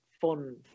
fun